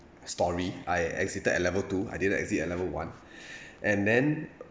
storey I exited at level two I didn't exit at level one and then